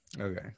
okay